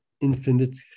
Infinite